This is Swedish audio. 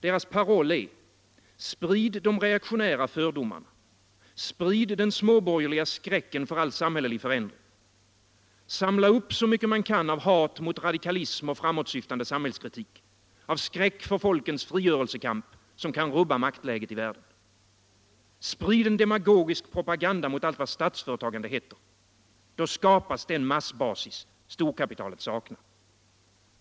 Deras paroll är: Sprid de reaktionära fördomarna, sprid den småborgerliga skräcken för all samhällelig förändring! Samla upp så mycket man kan av hat mot radikalism och framåtsyftande samhällskritik, skräck för folkens frigörelsekamp, som kan rubba maktläget i världen! Sprid en demagogisk propaganda mot allt vad statsföretagande heter — då skapas den massbasis storkapitalet saknar.